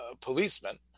policeman